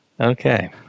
Okay